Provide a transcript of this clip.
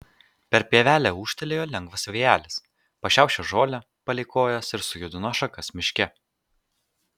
per pievelę ūžtelėjo lengvas vėjelis pašiaušė žolę palei kojas ir sujudino šakas miške